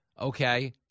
Okay